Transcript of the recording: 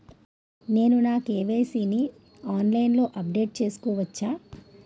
నేను నా కే.వై.సీ ని ఆన్లైన్ లో అప్డేట్ చేసుకోవచ్చా?